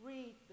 Read